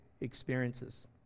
experiences